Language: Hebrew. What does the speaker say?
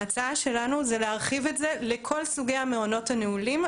ההצעה שלנו היא להרחיב את זה לכל סוגי המעונות הנעולים.